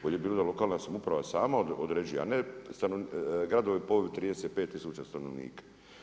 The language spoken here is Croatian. Bolje bi bilo da lokalna samouprava sam određuje, a ne gradovi po ovih 35000 stanovništva.